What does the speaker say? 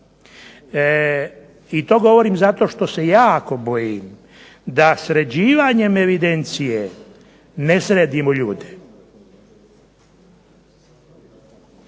I to govorim zato što se jako bojim da sređivanjem evidencije ne sredimo ljude